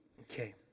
Okay